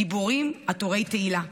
גיבורים עטורי תהילה.